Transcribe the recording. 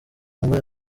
umugore